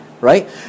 right